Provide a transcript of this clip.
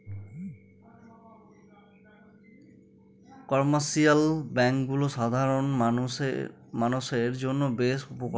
commercial ব্যাঙ্কগুলো সাধারণ মানষের জন্য বেশ উপকারী